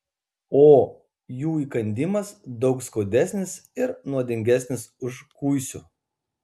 o jų įkandimas daug skaudesnis ir nuodingesnis už kuisių